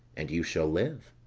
and you shall live.